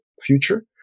future